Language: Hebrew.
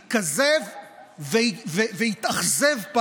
ושולח את הנתינים שלו לפה בשביל לבוא להטיף לנו